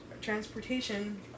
transportation